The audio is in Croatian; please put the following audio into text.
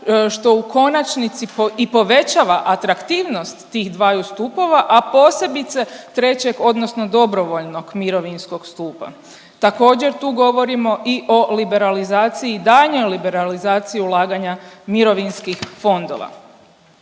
što u konačnici i povećava atraktivnost tih dvaju stupova, a posebice trećeg, odnosno dobrovoljnog mirovinskog stupa. Također, tu govorimo i o liberalizaciji, daljnjoj liberalizaciji ulaganja mirovinskih fondova.